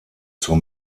zur